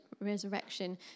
resurrection